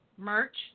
Merch